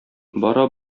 бара